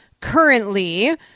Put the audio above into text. currently